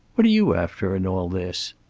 what are you after, in all this?